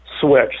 switch